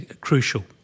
crucial